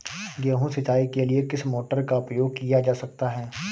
गेहूँ सिंचाई के लिए किस मोटर का उपयोग किया जा सकता है?